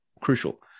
crucial